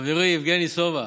חברי יבגני סובה,